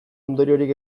ondoriorik